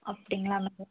அப்படிங்களா மேடம்